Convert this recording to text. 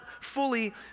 fully